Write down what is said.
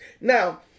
Now